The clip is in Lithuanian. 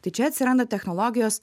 tai čia atsiranda technologijos